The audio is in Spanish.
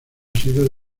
sido